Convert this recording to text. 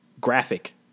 graphic